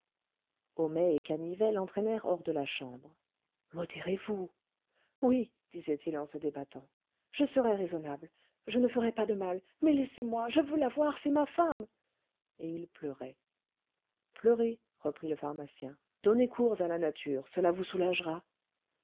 homais et canivet l'entraînèrent hors de la chambre modérez-vous oui disait-il en se débattant je serai raisonnable je ne ferai pas de mal mais laissez-moi je veux la voir c'est ma femme et il pleurait pleurez reprit le pharmacien donnez cours à la nature cela vous soulagera